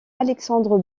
alexandre